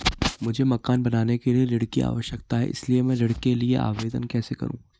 मुझे मकान बनाने के लिए ऋण की आवश्यकता है इसलिए मैं ऋण के लिए आवेदन कैसे करूं?